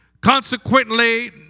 Consequently